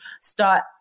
start